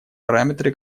параметры